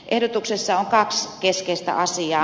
ehdotuksessa on kaksi keskeistä asiaa